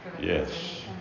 yes